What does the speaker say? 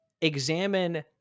examine